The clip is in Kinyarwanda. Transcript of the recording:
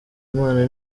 imana